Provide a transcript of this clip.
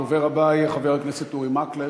הדובר הבא יהיה חבר הכנסת אורי מקלב,